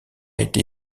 été